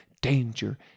danger